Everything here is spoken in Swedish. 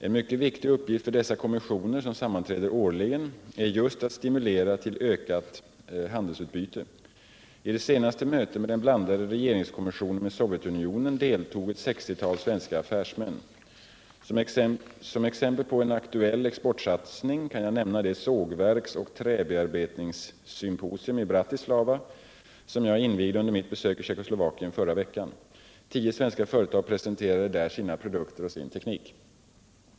En mycket viktig uppgift för dessa kommissioner, som sammanträder årligen, är just att stimulera till ökat handelsutbyte. I det senaste mötet med den blandade regeringskommissionen med Sovjetunionen deltog ett 60-tal svenska affärsmän. Som exempel på en aktuell exportsatsning kan jag nämna det sågverks och träbearbetningssymposium i Bratislava, som jag invigde under mitt besök i Tjeckoslovakien förra veckan. Tio svenska företag presenterade där sina produkter och sin teknik.